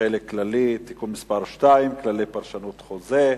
(חלק כללי) (תיקון מס' 2) (כללי פרשנות חוזה),